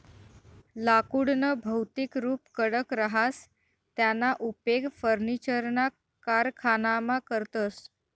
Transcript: लाकुडनं भौतिक रुप कडक रहास त्याना उपेग फर्निचरना कारखानामा करतस